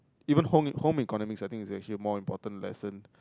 even home home economics I think is actually more important lesson